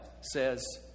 says